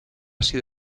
sido